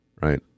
right